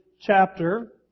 chapter